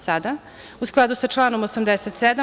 Sada, u skladu sa članom 87.